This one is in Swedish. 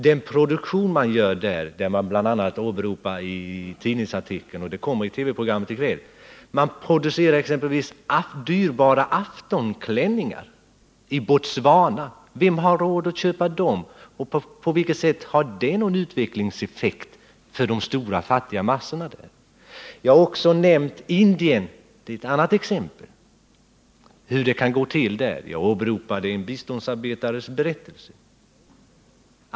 Som man bl.a. åberopar i tidningsartikeln, och som kommer att framgå av TV-programmet i kväll, produceras exempelvis dyrbara aftonklänningar i Botswana. Vem har råd att köpa dem? På vilket sätt har det någon utvecklingseffekt för de stora fattiga massorna där? Indien är ett annat exempel, och jag åberopade en biståndsarbetares verättelse.